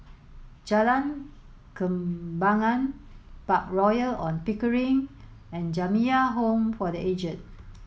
Jalan Kembangan Park Royal On Pickering and Jamiyah Home for the Aged